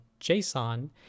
JSON